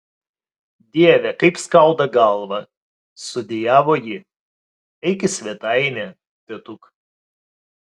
dieve kaip skauda galvą sudejavo ji eik į svetainę tėtuk